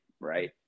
right